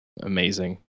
amazing